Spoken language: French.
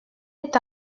est